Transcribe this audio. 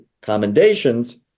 commendations